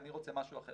'אני רוצה משהו אחר'.